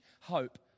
hope